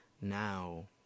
Now